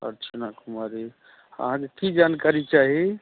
अर्चना कुमारी अहाँ के की जानकारी चाही